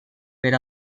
per